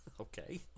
Okay